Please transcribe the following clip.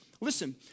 Listen